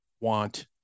want